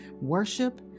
worship